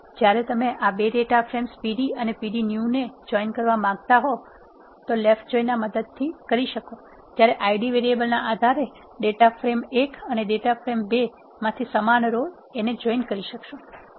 જ્યારે તમે આ 2 ડેટા ફ્રેમ્સ pd અને pd new ને જોઈન કરવા માંગતા હો લેફ્ટ જોઈન ના મદદથી ત્યારે Id વેરીએબલના આધારે ડેટા ફ્રેમ ૧ અને ડેટા ફ્રેમ ૨ માંથી સમાન રો ને જોઈન કરશે